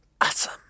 awesome